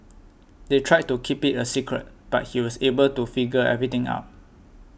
they tried to keep it a secret but he was able to figure everything out